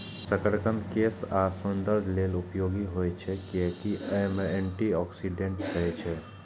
शकरकंद केश आ सौंदर्य लेल उपयोगी होइ छै, कियैकि अय मे एंटी ऑक्सीडेंट रहै छै